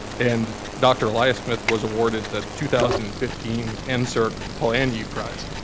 and dr. eliasmith was awarded the two thousand and fifteen and nserc polanyi prize.